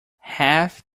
half